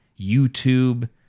YouTube